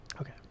Okay